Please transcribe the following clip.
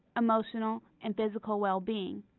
emotional, and physical well-being.